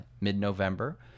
mid-november